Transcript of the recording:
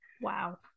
Wow